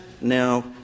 now